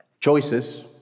choices